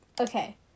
Okay